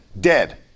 dead